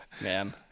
Man